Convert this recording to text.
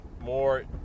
more